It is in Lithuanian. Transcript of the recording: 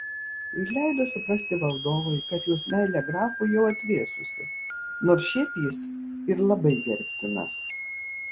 ir leido suprasti valdovui kad jos meilė grafui jau atvėsusi nors šiaip jis ir labai gerbtinas